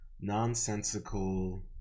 nonsensical